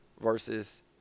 versus